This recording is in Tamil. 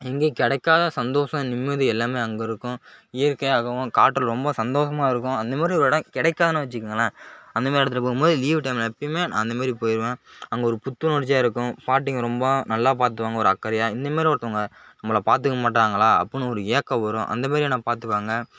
எங்கேயும் கிடைக்காத சந்தோஷம் நிம்மதி எல்லாமே அங்கே இருக்கும் இயற்கையாகவும் காற்று ரொம்ப சந்தோஷமாக இருக்கும் அந்தமாதிரி ஒரு இடம் கிடைக்காதுனு வச்சிக்கோங்களன் அந்தமாதிரி இடத்துல போகும்போது லீவ் டைம்ல எப்பயுமே நான் அந்தமாதிரி போய்ருவேன் அங்கே ஒரு புத்துணர்ச்சியாக இருக்கும் பாட்டிங்க ரொம்ப நல்லா பார்த்துக்குவாங்க ஒரு அக்கறையாக இந்தமாதிரி ஒருத்தவங்க நம்பளை பார்த்துக்க மாட்டாங்களா அப்டின்னு ஒரு ஏக்கம் வரும் அந்தமாதிரி என்னை பார்த்துக்குவாங்க